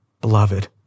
Beloved